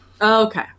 Okay